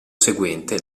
seguente